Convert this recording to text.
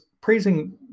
praising